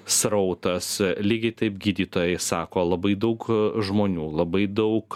srautas lygiai taip gydytojai sako labai daug žmonių labai daug